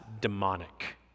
demonic